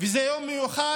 וזה יום מיוחד.